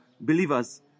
believers